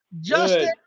Justin